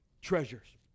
treasures